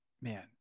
Man